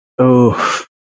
Oof